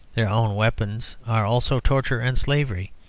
their own weapons are also torture and slavery.